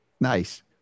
Nice